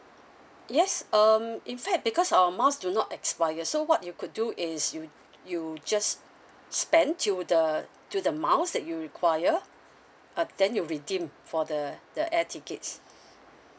yes um in fact because our miles do not expire so what you could do is you you just spend to the to the miles that you require uh then you redeem for the the air tickets